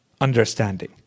understanding